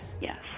Yes